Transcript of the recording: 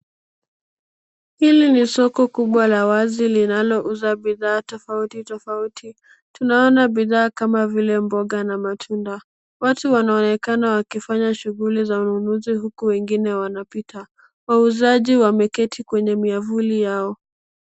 Hili ni soko kubwa la wazi linalouza bidhaa tofauti tofauti. Tunaona bidhaa kama vile mboga na matunda. Watu wanaonekana wakifanya shughuli za ununuzi huku wengine wanapita. Wauzaji wameketi kwenye miavuli yao.